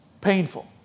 painful